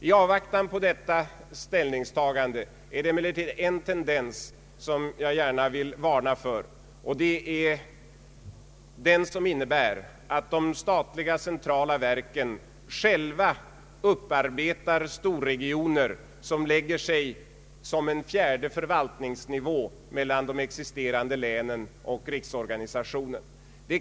I avvaktan på detta ställningstagande är det emellertid en tendens som jag gärna vill varna för, nämligen att de statliga centrala verken själva upparbetar storregioner, som lägger sig som en fjärde förvaltningsnivå mellan de existerande länen och organisationen på riksplanet.